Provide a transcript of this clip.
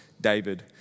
David